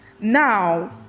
Now